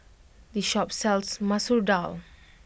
this shop sells Masoor Dal